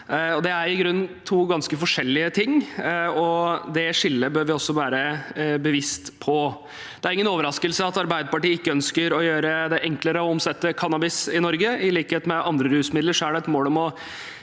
Det er i grunnen to ganske forskjellige ting, og det skillet bør vi også være bevisste på. Det er ingen overraskelse at Arbeiderpartiet ikke ønsker å gjøre det enklere å omsette cannabis i Norge. I likhet med for andre rusmidler er det et mål om å